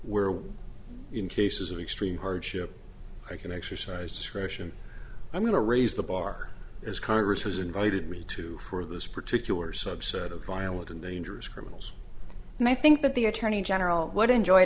we're in cases of extreme hardship i can exercise discretion i'm going to raise the bar as congress has invited me to for this particular subset of violent and dangerous criminals and i think that the attorney general would enjoy